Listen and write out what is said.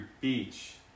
beach